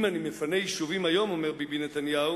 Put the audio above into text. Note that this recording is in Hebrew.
אם אני מפנה יישובים היום", אומר ביבי נתניהו,